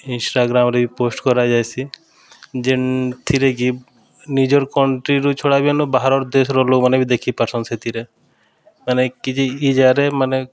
ଇନ୍ଷ୍ଟାଗ୍ରାମ୍ରେ ବି ପୋଷ୍ଟ୍ କରାଯାଇସି ଯେନ୍ଥିରେ କି ନିଜର୍ କଣ୍ଟ୍ରିରୁ ଛଡ଼ା ବି ବାହାରର୍ ଦେଶ୍ର ଲୋକ୍ମାନେ ବି ଦେଖିପାର୍ସନ୍ ସେଥିରେ ମାନେ କିଛି ଇ ଯାଗାରେ ମାନେ